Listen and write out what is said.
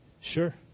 sure